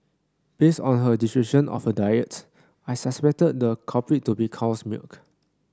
based on her description of her diets I suspected the culprit to be cow's milk